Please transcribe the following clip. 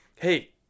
hey